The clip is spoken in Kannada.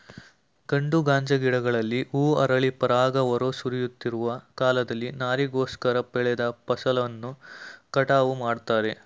ಗಂಡು ಗಾಂಜಾ ಗಿಡಗಳಲ್ಲಿ ಹೂ ಅರಳಿ ಪರಾಗ ಹೊರ ಸುರಿಯುತ್ತಿರುವ ಕಾಲದಲ್ಲಿ ನಾರಿಗೋಸ್ಕರ ಬೆಳೆದ ಫಸಲನ್ನು ಕಟಾವು ಮಾಡ್ತಾರೆ